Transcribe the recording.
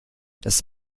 das